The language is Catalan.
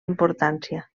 importància